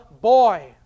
boy